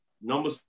Number